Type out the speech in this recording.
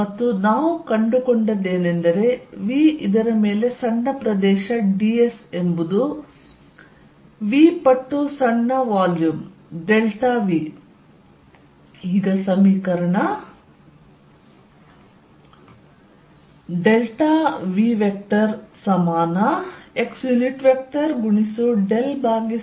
ಮತ್ತು ನಾವು ಕಂಡುಕೊಂಡದ್ದೇನೆಂದರೆ v ಇದರ ಮೇಲೆ ಸಣ್ಣ ಪ್ರದೇಶ ds ಎಂಬುದು v ಪಟ್ಟು ಸಣ್ಣ ವಾಲ್ಯೂಮ್ ಡೆಲ್ಟಾ v